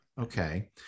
Okay